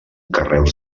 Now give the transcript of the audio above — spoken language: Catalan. carreus